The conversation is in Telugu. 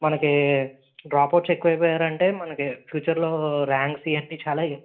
మనకి డ్రాప్అవుట్స్ ఎక్కువయిపోయారంటే మనకి ఫ్యూచర్లో ర్యాంక్స్ ఇవన్నీ చాలా